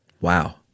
Wow